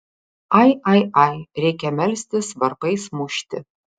ai ai ai reikia melstis varpais mušti